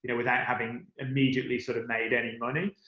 and without having immediately sort of made any money.